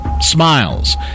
smiles